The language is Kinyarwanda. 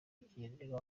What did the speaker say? kigenerwa